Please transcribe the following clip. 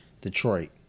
Detroit